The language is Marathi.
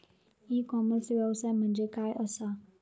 ई कॉमर्स व्यवसाय म्हणजे काय असा?